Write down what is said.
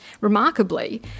Remarkably